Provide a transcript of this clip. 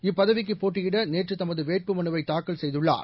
இப்பதவிக்கு போட்டியிட நேற்று தமது வேட்புமனுவை தாக்கல் செய்துள்ளார்